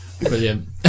Brilliant